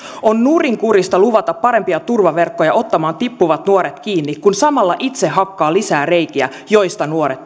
on nurinkurista luvata parempia turvaverkkoja ottamaan tippuvat nuoret kiinni kun samalla itse hakkaa lisää reikiä joista nuoret